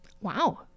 Wow